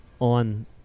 on